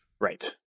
right